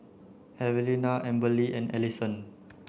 Evelina Amberly and Alison